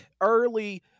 early